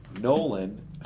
Nolan